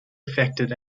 affected